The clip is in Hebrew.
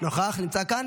אינו נוכח.